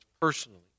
personally